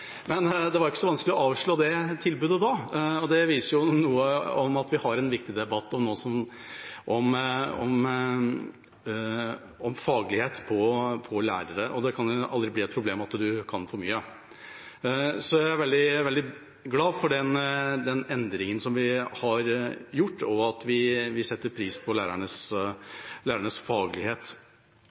Det var ikke så vanskelig å avslå det tilbudet. Det viser at vi har en viktig debatt om faglighet hos lærere. Det kan jo aldri bli et problem at man kan for mye. Så jeg er veldig glad for den endringen vi har gjort, og vi setter pris på lærernes faglighet.